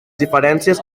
diferències